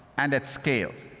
and it scales.